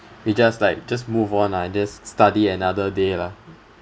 we just like just move on ah and just study another day lah